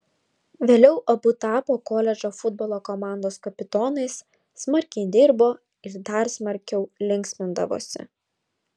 vėliau abu tapo koledžo futbolo komandos kapitonais smarkiai dirbo ir dar smarkiau linksmindavosi